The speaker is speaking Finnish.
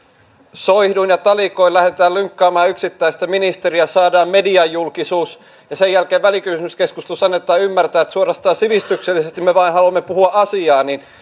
soihduin ja talikoin lähdetään lynkkaamaan yksittäistä ministeriä saadaan mediajulkisuus ja sen jälkeen välikysymyskeskustelussa annetaan ymmärtää että suorastaan sivistyksellisesti me vain haluamme puhua asiaa niin